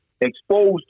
exposed